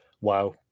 Wow